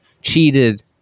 cheated